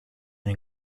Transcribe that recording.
and